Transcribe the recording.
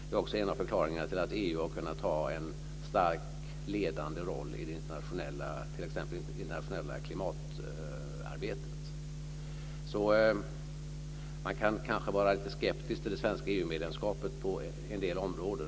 Det är också en av förklaringarna till att EU har kunnat ha en stark, ledande roll t.ex. i det internationella klimatarbetet. Man kan kanske vara lite skeptisk till det svenska EU-medlemskapet på en del områden.